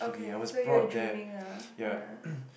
okay so you were dreaming lah ya